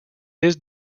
his